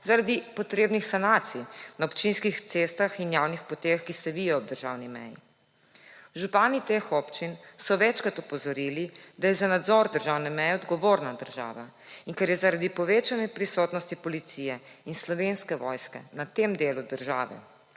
zaradi potrebnih sanacij na občinskih cestah in javnih potek, ki se / nerazumljivo/ ob državni meji. Župani teh občin so večkrat opozorili, da je za nadzor državne meje odgovorna država in ker je, zaradi povečane prisotnosti policije in Slovenske vojske **141. TRAK: